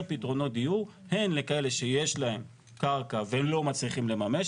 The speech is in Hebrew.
פתרונות דיור הן לכאלה שיש להם קרקע ולא מצליחים לממש